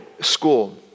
school